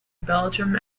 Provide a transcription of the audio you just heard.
belgium